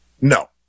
no